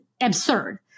absurd